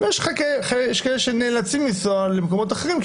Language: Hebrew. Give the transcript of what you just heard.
למקומות אחרים,